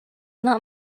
not